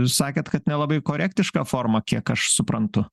sakėt kad nelabai korektiška forma kiek aš suprantu